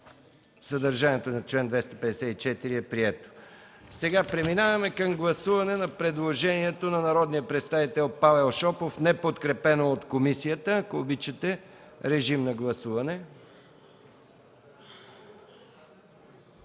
Съдържанието на чл. 254 е прието. Преминаваме към гласуване на предложението на народния представител Павел Шопов, неподкрепено от комисията. Гласували